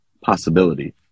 possibility